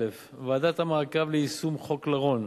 ועדת המעקב ליישום חוק לרון,